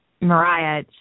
Mariah